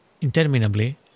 interminably